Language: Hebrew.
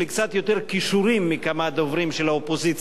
יותר כישורים מכמה דוברים של האופוזיציה.